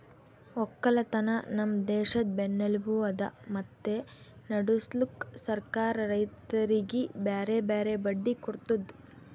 ಒಕ್ಕಲತನ ನಮ್ ದೇಶದ್ ಬೆನ್ನೆಲುಬು ಅದಾ ಮತ್ತೆ ನಡುಸ್ಲುಕ್ ಸರ್ಕಾರ ರೈತರಿಗಿ ಬ್ಯಾರೆ ಬ್ಯಾರೆ ಬಡ್ಡಿ ಕೊಡ್ತುದ್